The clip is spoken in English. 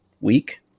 week